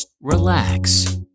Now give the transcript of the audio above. relax